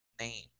name